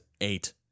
Eight